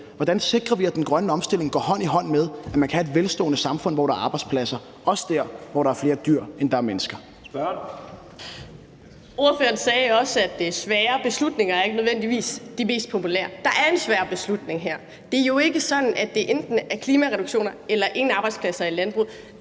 hvordan vi sikrer, at den grønne omstilling går hånd i hånd med, at vi kan have et velstående samfund, hvor der er arbejdspladser, også dér, hvor der er flere dyr end mennesker. Kl. 10:39 Første næstformand (Leif Lahn Jensen): Spørgeren. Kl. 10:39 Signe Munk (SF): Ordføreren sagde også, at de svære beslutninger ikke nødvendigvis er de mest populære. Der er en svær beslutning her. Det er jo ikke sådan, at det enten er klimareduktioner eller ingen arbejdspladser i landbruget,